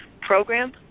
program